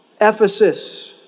Ephesus